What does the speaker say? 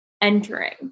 entering